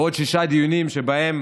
ועוד שישה דיונים שבהם